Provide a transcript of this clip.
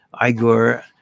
Igor